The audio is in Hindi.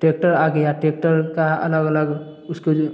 ट्रैक्टर आ गया ट्रैक्टर का अलग अलग उसके जो